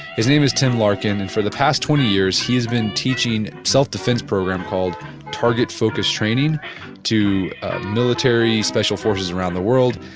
his name is tim larkin, and for the past twenty years, he's been teaching a self-defense program called target focus training to military special forces around the world,